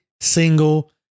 single